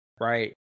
right